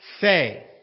say